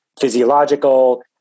physiological